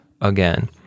again